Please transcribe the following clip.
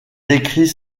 décrit